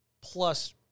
plus